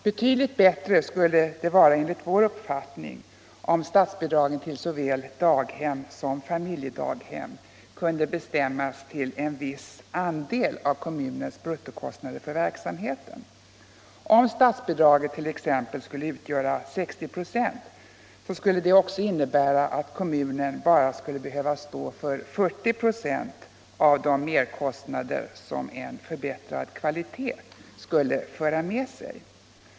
Betydligt bättre skulle det enligt vår uppfattning vara om statsbidragen till såväl daghem som familjedaghem kunde bestämmas till en viss andel av kommunens bruttokostnader för verksamheten. Om statsbidraget t.ex. utgjorde 60 24 skulle det också innebära att kommunen bara behövde stå för 40 26 av de merkostnader som en förbättrad kvalitet skulle föra med sig.